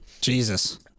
Jesus